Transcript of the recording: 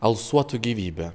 alsuotų guvube